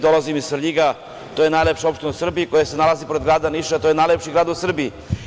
Dolazim iz Svrljiga, to je najlepša opština u Srbiji koja se nalazi pored grada Niša, a to je najlepši grad u Srbiji.